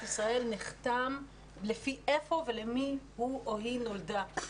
ישראל נחתם לפי איפה ולמי הוא או היא נולדה,